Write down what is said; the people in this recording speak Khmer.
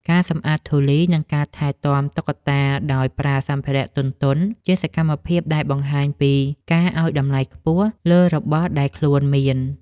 ការសម្អាតធូលី និងការថែទាំតុក្កតាដោយប្រើសម្ភារៈទន់ៗ ជាសកម្មភាពដែលបង្ហាញពីការឱ្យតម្លៃខ្ពស់លើរបស់ដែលខ្លួនមាន។